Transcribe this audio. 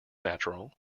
natural